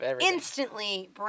instantly